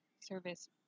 service